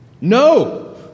No